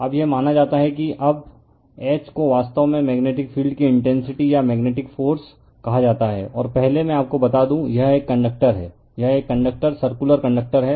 अब यह माना जाता है कि अब H को वास्तव में मेग्नेटिक फील्ड की इंटेंसिटी या मेनेटिक फ़ोर्स कहा जाता है और पहले मैं आपको बता दूं यह एक कंडक्टर है यह एक कंडक्टर सर्कुलर कंडक्टर है